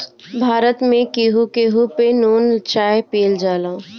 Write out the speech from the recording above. भारत में केहू केहू पे नून चाय पियल जाला